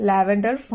Lavender